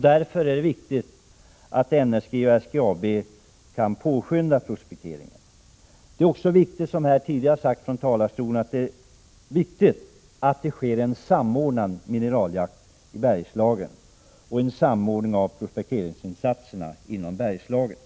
Därför är det viktigt att NSG och SGAB kan påskynda prospekteringen. Det är också viktigt, som här tidigare har sagts, att det sker en samordnad mineraljakt och en samordning av prospekteringsinsatserna inom Bergslagen.